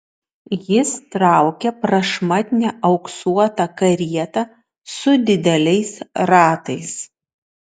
jis traukė prašmatnią auksuotą karietą su dideliais ratais